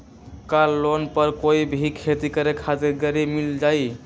का लोन पर कोई भी खेती करें खातिर गरी मिल जाइ?